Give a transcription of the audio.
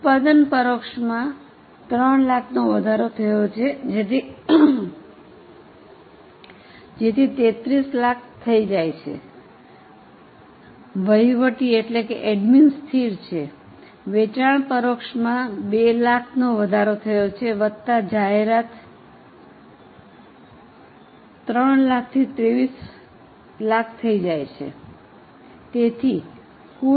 ઉત્પાદન પરોક્ષમાં 300000 નો વધારો થયો છે જેથી 3300000 થઈ જાય છે વહીવટી સ્ચિર છે વેચાણ પરોક્ષમાં 200000 નો વધારો થયો છે વત્તા જાહેરાત 300000 થી 2300000 થઈ જાય છે